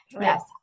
Yes